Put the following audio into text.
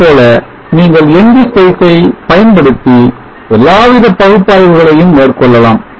இதைப்போல நீங்கள் ng spice ஐ என் படுத்தி எல்லாவித பகுப்பாய்வு களையும் மேற்கொள்ளலாம்